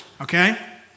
okay